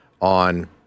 on